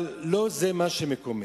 אבל לא זה מה שמקומם.